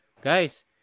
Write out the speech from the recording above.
guys